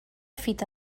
fita